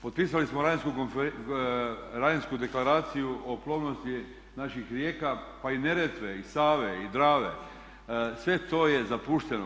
Potpisali smo lanjsku Deklaraciju o plovnosti naših rijeka pa i Neretve i Save i Drave, sve to je zapušteno.